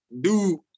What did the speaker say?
dude